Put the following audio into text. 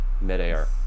midair